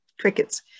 Crickets